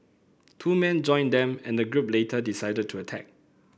two men joined them and the group later decided to attack